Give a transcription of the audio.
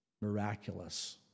miraculous